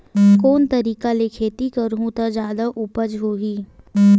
कोन तरीका ले खेती करहु त जादा उपज होही?